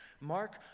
Mark